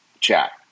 chat